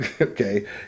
Okay